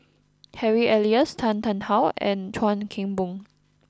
Harry Elias Tan Tarn How and Chuan Keng Boon